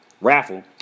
raffle